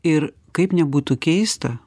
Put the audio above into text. ir kaip nebūtų keista